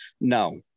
No